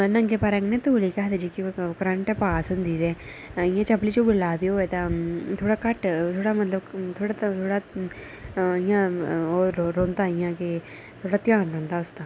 नंगे पैरें केह् आखदे तौले करंट पास होंदी ते इ'यां चप्पल चुप्पल ला दी होऐ ते थोह्ड़ा घट्ट थोह्ड़ा मतलब थोह्ड़ा इ'यां ओह् रौंह्दा इ'यां केह् थोह्ड़ा ध्यान रौंह्दा उसदा